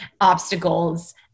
obstacles